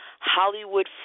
Hollywood